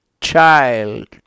child